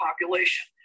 population